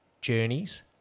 journeys